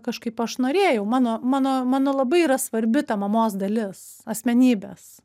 kažkaip aš norėjau mano mano mano labai yra svarbi ta mamos dalis asmenybės